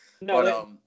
No